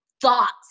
thoughts